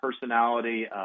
personality